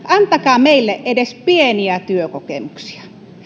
antakaa meille edes pieniä työkokemuksia